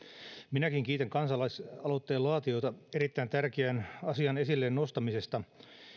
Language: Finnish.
minäkin kiitän kansalaisaloitteen laatijoita erittäin tärkeän asian esille nostamisesta